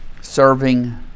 serving